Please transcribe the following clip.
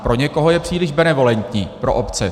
Pro někoho je příliš benevolentní pro obce.